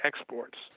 exports